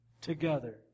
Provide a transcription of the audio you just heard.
together